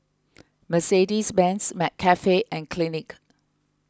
Mercedes Benz McCafe and Clinique